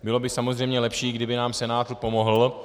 Bylo by samozřejmě lepší, kdyby nám Senát pomohl.